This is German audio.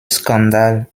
skandal